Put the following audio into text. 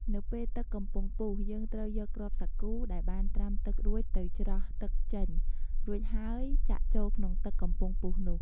នៅពេលទឹកកំពុងពុះ យើងត្រូវយកគ្រាប់សាគូដែលបានត្រាំទឹករួចទៅច្រោះទឹកចេញ រួចហើយចាក់ចូលក្នុងទឹកកំពុងពុះនោះ។